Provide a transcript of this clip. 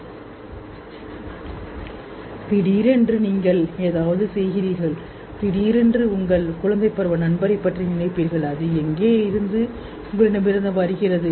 நீங்கள் திடீரென்று ஏதாவது செய்கிறீர்கள் திடீரென்றுநினைவில் வையுங்கள் உங்கள் குழந்தை பருவ நண்பரைஅது உங்களிடமிருந்து வருகிறது